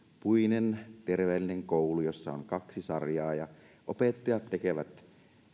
puinen terveellinen koulu jossa on kaksi sarjaa ja opettajat tekevät